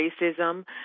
racism